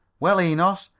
well, enos,